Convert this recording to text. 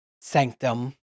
sanctum